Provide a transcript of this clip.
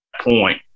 point